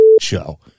show